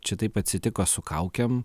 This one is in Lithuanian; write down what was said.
čia taip atsitiko su kaukėm